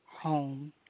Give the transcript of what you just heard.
home